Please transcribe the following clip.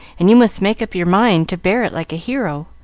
and you must make up your mind to bear it like a hero.